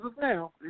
now